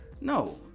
no